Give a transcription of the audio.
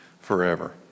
forever